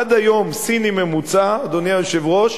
עד היום סיני ממוצע, אדוני היושב-ראש,